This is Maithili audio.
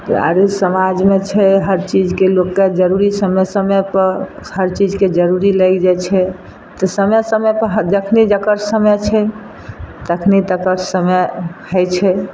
आरो समाजमे छै हर चीजके लोगके जरूरी समय समयपर हर चीजके जरूरी लागि जाइ छै तऽ समय समयपर जखनी जकर समय छै तखनी तकर समय होइ छै